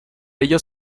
ellos